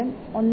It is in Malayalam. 0 5 ഉം ആണ്